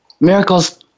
miracles